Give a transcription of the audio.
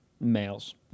males